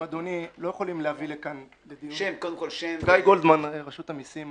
גיא גולדמן, רשות המסים.